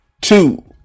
two